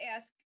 ask